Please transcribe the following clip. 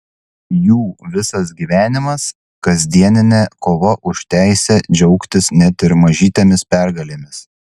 jų visas gyvenimas kasdieninė kova už teisę džiaugtis net ir mažytėmis pergalėmis